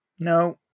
No